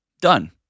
Done